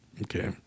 Okay